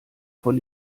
von